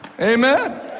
Amen